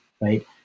right